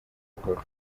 buhoro